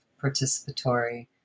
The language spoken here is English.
participatory